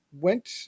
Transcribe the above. went